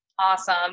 Awesome